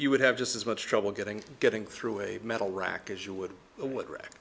would have just as much trouble getting getting through a metal rack as you would w